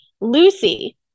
Lucy